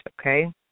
okay